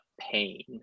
pain